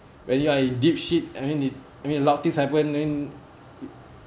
when you are in deep shit I mean it I mean a lot of things happened I mean